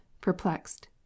perplexed